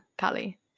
callie